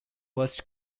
was